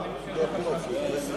אני מבקש